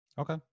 okay